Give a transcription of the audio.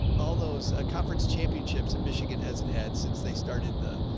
all those, ah, conference championships at michigan hasn't had since they started the.